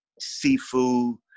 seafood